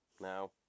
Now